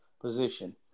position